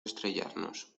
estrellarnos